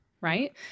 right